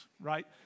right